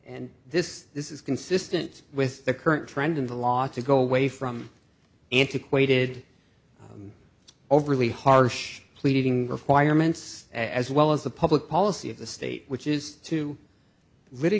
and this this is consistent with the current trend in the law to go away from antiquated overly harsh pleading requirements as well as the public policy of the state which is to